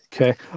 Okay